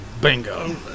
bingo